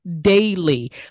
daily